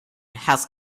has